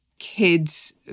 kid's